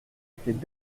étaient